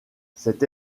cette